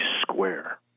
square